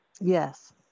Yes